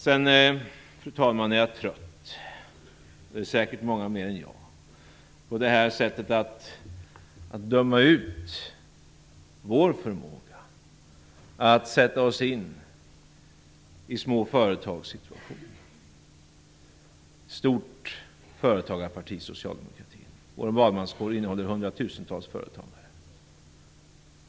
Jag är trött, och säkert många fler än jag, på det här sättet att döma ut vår förmåga att sätta oss in i små företags situation, stort företagarparti Socialdemokraterna. Vår valmanskår innehåller hundratusentals företagare.